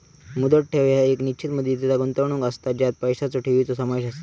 मुदत ठेव ह्या एक निश्चित मुदतीचा गुंतवणूक असता ज्यात पैशांचा ठेवीचो समावेश असता